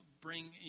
bring